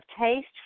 taste